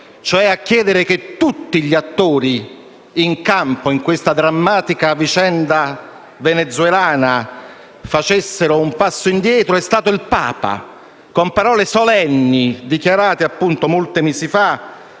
cioè a chiedere che tutti gli attori in campo nella drammatica vicenda venezuelana facessero un passo indietro, è stato il Papa, con parole solenni, dichiarate molti mesi fa